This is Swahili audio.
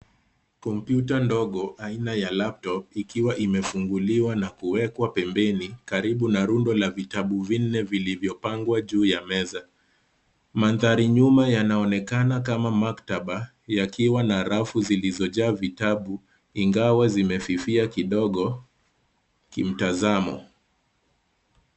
Kompyuta ndogo aina ya laptop ikiwa imefunguliwa na kuwekwa pembeni karibu na rundo la vitabu vinne vilivyopangwa juu ya meza. Mandhari nyuma yanaonekana kama maktaba yakiwa na rafu zilizojaa vitabu ingawa zimefifia kidogo kimtazamo.